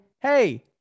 hey